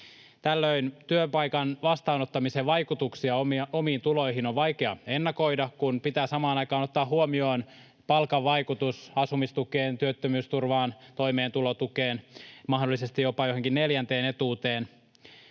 Tällöin työpaikan vastaanottamisen vaikutuksia omiin tuloihin on vaikea ennakoida, kun pitää samaan aikaan ottaa huomioon palkan vaikutus asumistukeen, työttömyysturvaan, toimeentulotukeen, mahdollisesti jopa johonkin neljänteen etuuteen,